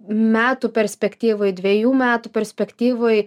metų perspektyvoj dvejų metų perspektyvoj